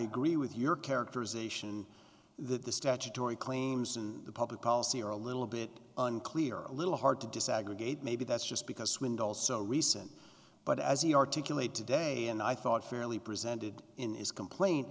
agree with your characterization that the statutory claims in the public policy are a little bit unclear a little hard to disaggregate maybe that's just because swindle is so recent but as he articulated today and i thought fairly presented in his complain